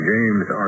James